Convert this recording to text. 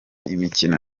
imikino